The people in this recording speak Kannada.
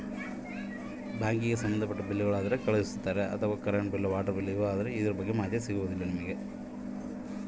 ಬಿಲ್ಲುಗಳನ್ನ ಪಾವತಿ ಮಾಡುವ ಮೊದಲಿಗೆ ನಮಗೆ ನಿಮ್ಮ ಬ್ಯಾಂಕಿನ ಮುಖಾಂತರ ಮೆಸೇಜ್ ಕಳಿಸ್ತಿರಾ?